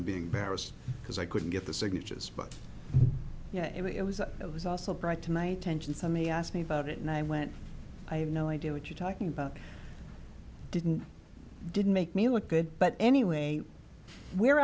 of being barest because i couldn't get the signatures but it was it was also brought to my attention somebody asked me about it and i went i had no idea what you're talking about didn't didn't make me look good but anyway we're